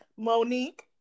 Monique